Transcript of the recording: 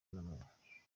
n’amanywa